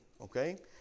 okay